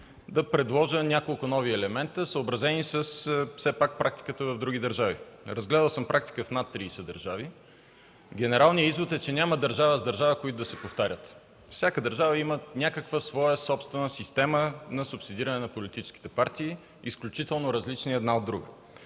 да предложа няколко нови елемента, съобразени с практиката в други държави. Разгледал съм практиката в над 30 държави. Генералният извод е, че няма държава с държава, които да се повтарят. Всяка държава има някаква своя собствена система на субсидиране на политическите партии, изключително различни една от друга.